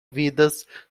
vidas